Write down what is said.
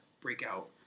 breakout